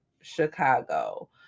Chicago